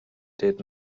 did